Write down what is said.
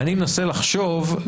אני מנסה לחשוב,